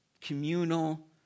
communal